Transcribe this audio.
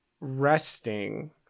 resting